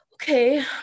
okay